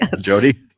Jody